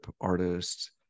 artists